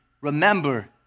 Remember